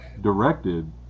directed